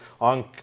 on